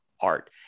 art